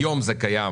היום זה קיים.